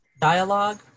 Dialogue